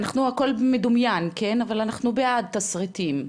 אנחנו הכול במדומיין, כן, אבל אנחנו בעד תסריטים,